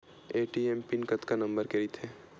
ATM pin कतका number के रही थे?